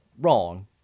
wrong